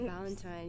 Valentine